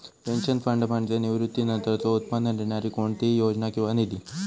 pension fund म्हणजे निवृत्तीनंतरचो उत्पन्न देणारी कोणतीही योजना किंवा निधी